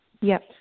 yes